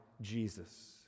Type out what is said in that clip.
Jesus